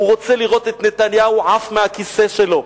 הוא רוצה לראות את נתניהו עף מהכיסא שלו.